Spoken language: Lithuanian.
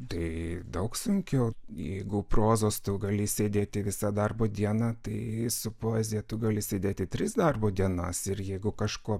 tai daug sunkiau jeigu prozos tu gali sėdėti visą darbo dieną tai su poezija tu gali sėdėti tris darbo dienas ir jeigu kažkuo